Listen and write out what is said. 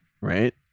right